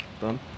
done